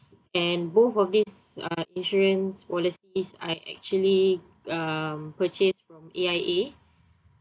and both of these uh insurance policies I actually uh purchased A_I_A